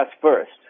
first